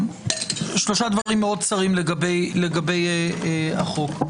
שלושה דברים קצרים לגבי החוק.